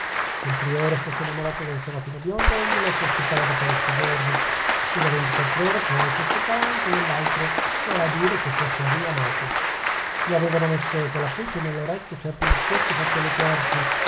che il priore fosse innamorato del serafino biondo egli lo sospettava da parecchi giorni e da ventiquattr'ore poi sospettava anche dell'altro cioè a dire che fosse riamato gli avevano messo quella pulce nell'orecchio certi discorsi fatti alle querci